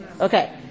Okay